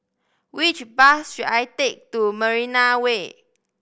which bus should I take to Marina Way